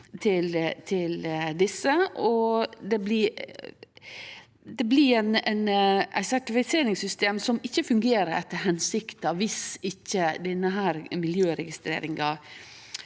Det blir eit sertifiseringssystem som ikkje fungerer etter hensikta, om ikkje denne miljøregistreringa